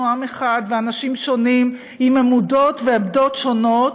עם אחד ואנשים שונים עם אמונות ועמדות שונות.